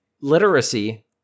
Literacy